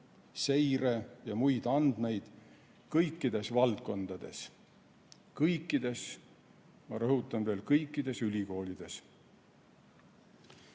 seire‑ ja muid andmeid kõikides valdkondades ja kõikides – ma rõhutan veel, kõikides – ülikoolides.